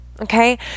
Okay